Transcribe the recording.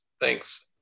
thanks